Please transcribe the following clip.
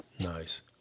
nice